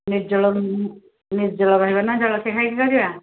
ନିର୍ଜଳ ନିର୍ଜଳ ରହିବା ନା ଜଳଖିଆ ଖାଇକି କରିବା